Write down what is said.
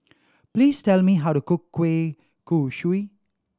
please tell me how to cook kueh kosui